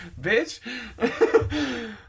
bitch